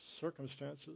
circumstances